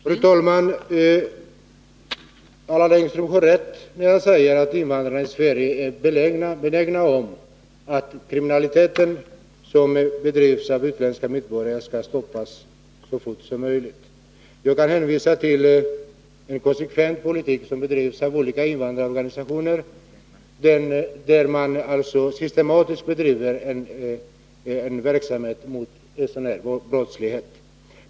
Fru talman! Allan Ekström har rätt när han säger att invandrarna är angelägna om att den kriminalitet som bedrivs av utländska medborgare skall stoppas så fort som möjligt. Jag kan hänvisa till en konsekvent politik som drivs av olika invandrarorganisationer, vilka systematiskt arbetar mot sådan brottslighet.